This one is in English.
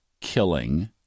killing